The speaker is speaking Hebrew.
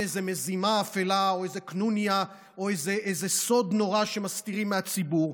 איזה מזימה אפלה או איזה קנוניה או איזה סוד נורא שמסתירים מהציבור,